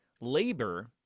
labor